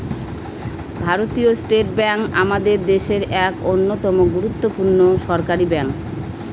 ভারতীয় state bank আমাদের দেশের এক অন্যতম গুরুত্বপূর্ণ সরকারি ব্যাঙ্ক